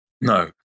No